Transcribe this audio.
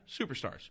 superstars